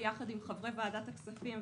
ביחד עם חברי ועדת הכספים,